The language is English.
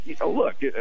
look